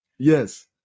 Yes